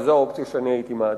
וזאת האופציה שאני הייתי מעדיף.